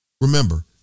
Remember